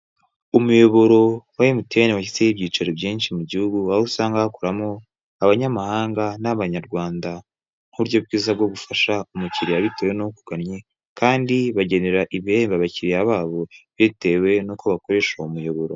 Umuyoboro wa Emutiyeni washyize ho ibyicaro byinshi mu gihugu, aho usanga hakoramo abanyamahanga n'abanyarwanda, nk'uburyo bwiza bwo gufasha umukiriya bitewe n'ukugannye, kandi bagenera ibihembo abakiriya babo, bitewe n'uko bakoresha uwo muyoboro.